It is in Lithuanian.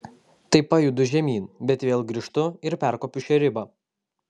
tai pajudu žemyn bet vėl grįžtu ir perkopiu šią ribą